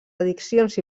addiccions